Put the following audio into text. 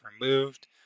removed